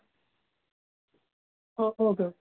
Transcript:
okay okay